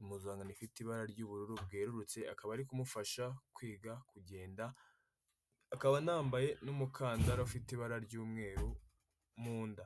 impuzankano ifite ibara ry'ubururu bwerurutse, akaba ari kumufasha kwiga kugenda akaba anambaye n'umukandara ufite ibara ry'umweru mu inda.